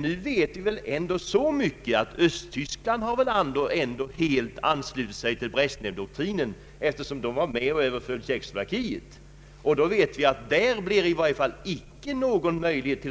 Nu vet vi emellertid att Östtyskland helt har anslutit sig till Brezjnevdoktrinen, eftersom man var med om överfallet på Tjeckoslovakien. Vi vet att det inte blir